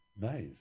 Nice